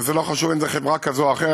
וזה לא חשוב אם זו חברה כזאת או אחרת.